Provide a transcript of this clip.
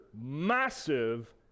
massive